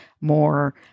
more